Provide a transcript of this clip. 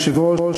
יושב-ראש,